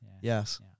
Yes